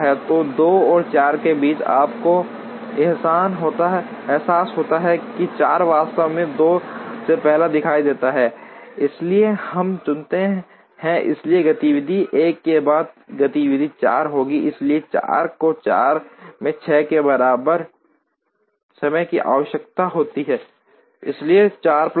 तो 2 और 4 के बीच आपको एहसास होता है कि 4 वास्तव में 2 से पहले दिखाई देता है इसलिए हम चुनते हैं इसलिए गतिविधि 1 के बाद गतिविधि 4 होती है इसलिए 4 को 4 में 6 के बराबर समय की आवश्यकता होती है इसलिए 4 प्लस 6